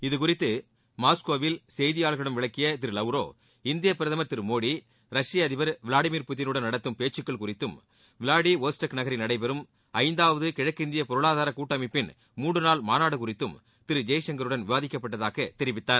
இதுகுறித்து மாஸ்கோவில் செய்தியாளர்களிடம் விளக்கிய திரு லவ்ரோ இந்திய பிரதமர் திரு மோடி ரஷ்ப அதிபர் விளாடிர் புதினுடன் நடத்தும் பேச்சுக்கள் குறித்தும் விளாடிவோஸ்டெக் நகரில் நடைபெறும் ஐந்தாவது கிழக்கத்திய பொருளாதார கூட்டமைப்பின் மூன்று நாள் மாநாடு குறித்தும் திரு ஜெய்சங்கருடன் விவாதிக்கப்பட்டதாக தெரிவித்தார்